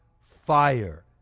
fire